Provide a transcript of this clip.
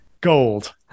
Gold